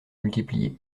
multiplier